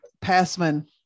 passman